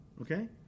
okay